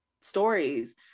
stories